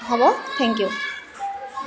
হ'ব thank U